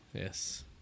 Yes